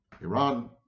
Iran